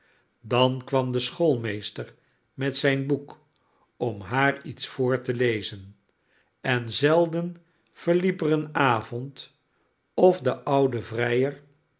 dan kwam de schoolmeester met een boek om haar iets voor te lezen en zelden verliep er een avond of de oude vrijer